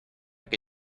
que